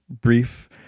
brief